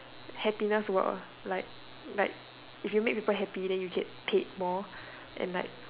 happiness were like like if you make people happy then you get paid more and like